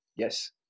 Yes